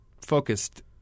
focused